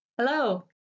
Hello